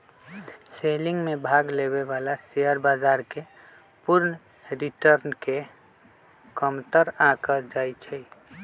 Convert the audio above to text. selling में भाग लेवे वाला शेयर बाजार के पूर्ण रिटर्न के कमतर आंका जा हई